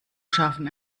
schaffen